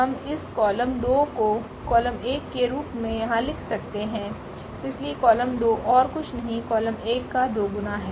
हम इस कॉलम 2 को कॉलम 1 के रूप में यहाँ लिख सकते हैं इसलिए कॉलम 2 ओर कुछ नहीं कॉलम 1 का दोगुना है